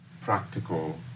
practical